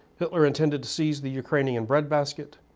hitler intended to seize the ukrainian breadbasket.